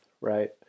right